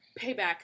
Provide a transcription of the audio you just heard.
Payback